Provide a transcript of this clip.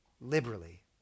liberally